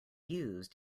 used